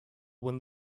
when